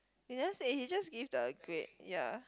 he never say he just give the grade ya